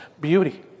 beauty